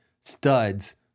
studs